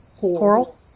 coral